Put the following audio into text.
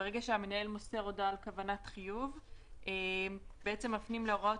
שהמנהל מוסר הודעה על כוונת חיוב הוא בעצם מפנה להוראות